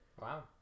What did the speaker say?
Wow